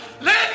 let